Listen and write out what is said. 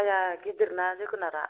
जाया गिदिरना जोगोनारा